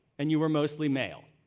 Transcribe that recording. and you were mostly male.